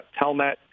Telnet